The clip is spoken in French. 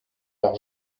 leurs